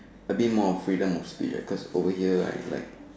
a bit more of freedom of speech cause over here right like